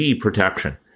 protection